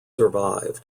survived